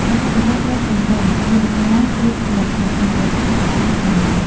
រដ្ឋាភិបាលត្រូវពង្រឹងយន្តការត្រួតពិនិត្យ និងអនុវត្តច្បាប់ឲ្យបានម៉ឺងម៉ាត់។